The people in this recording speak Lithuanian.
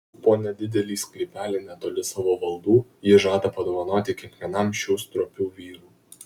po nedidelį sklypelį netoli savo valdų ji žada padovanoti kiekvienam šių stropių vyrų